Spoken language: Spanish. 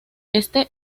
este